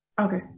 Okay